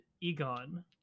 Egon